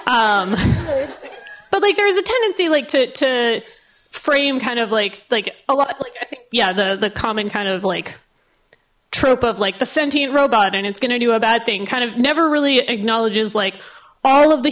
but like there is a tendency like to frame kind of like like a lot yeah the the common kind of like trope of like the sentient robot and it's gonna do a bad thing kind of never really acknowledges like all of the